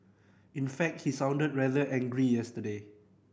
in fact he sounded rather angry yesterday